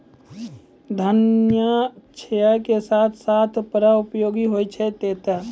घना छाया के साथ साथ बड़ा उपयोगी होय छै तेतर